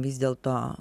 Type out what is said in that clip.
vis dėlto